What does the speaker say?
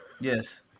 Yes